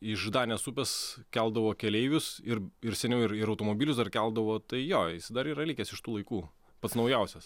iš danės upės keldavo keleivius ir ir seniau ir ir automobilius dar keldavo tai jo dar yra likęs iš tų laikų pats naujausias